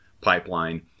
pipeline